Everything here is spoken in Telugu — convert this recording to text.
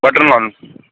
బటర్ నాన్స్